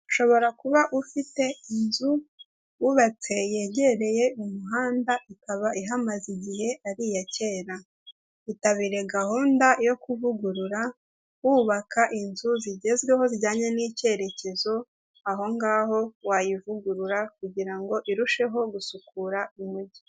Ushobora kuba ufite inzu wubatse yegereye umuhanda ikaba ihamaze igihe ari iya kera. Itabire gahunda yo kuvugurura wubaka inzu zigezweho zijyanye n'ikerekezo aho ngaho wayivugurura kugira ngo irusheho gusukura umugi.